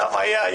בבקשה.